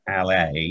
LA